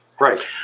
right